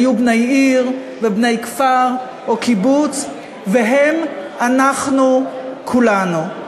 היו בני עיר ובני כפר או קיבוץ, והם אנחנו כולנו.